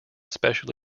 special